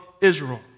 Israel